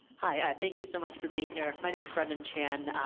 hi. thank you so much for being here. my name's brendan chan.